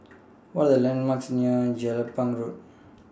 What Are The landmarks near Jelapang Road